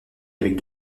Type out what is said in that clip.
avec